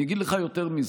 אני אגיד לך יותר מזה.